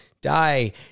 die